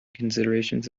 considerations